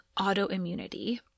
autoimmunity